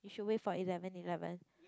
you should wait for eleven eleven